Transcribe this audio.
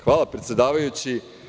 Hvala, predsedavajući.